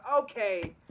Okay